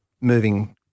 moving